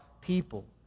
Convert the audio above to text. people